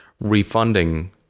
refunding